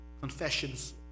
confessions